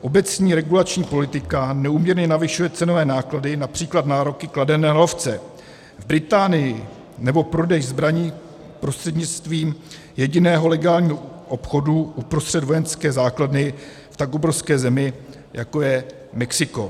Obecná regulační politika neúměrně navyšuje cenové náklady, například nároky kladené na lovce v Británii nebo prodej zbraní prostřednictvím jediného legálního obchodu uprostřed vojenské základny v tak obrovské zemi, jako je Mexiko.